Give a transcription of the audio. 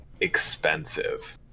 expensive